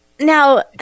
Now